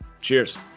Cheers